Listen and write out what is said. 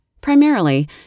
Primarily